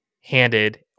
handed